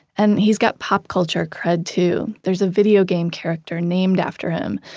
and he's got pop culture cred too. there's a video game character named after him.